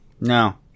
No